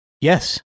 Yes